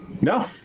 No